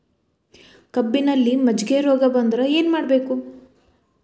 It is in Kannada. ಕಬ್ಬಿನಲ್ಲಿ ಮಜ್ಜಿಗೆ ರೋಗ ಬಂದರೆ ಏನು ಮಾಡಬೇಕು?